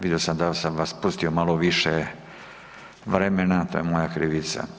Vidio sam da sam vas pustio malo više vremena, to je moja krivica.